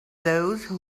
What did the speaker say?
those